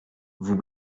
vous